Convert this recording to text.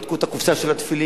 בדקו את הקופסה של התפילין,